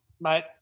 mate